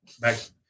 Back